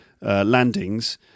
landings